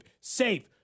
safe